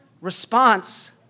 response